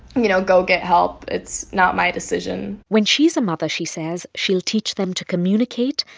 you know, go get help, it's not my decision when she's a mother, she says, she'll teach them to communicate,